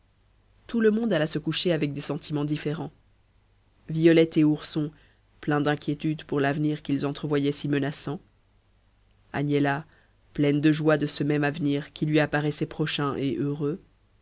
tout le monde alla se coucher avec des sentiments différents violette et ourson pleins d'inquiétude pour l'avenir qu'ils entrevoyaient si menaçant agnella pleine de joie de ce même avenir qui lui apparaissait prochain et heureux